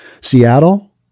Seattle